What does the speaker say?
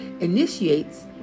Initiates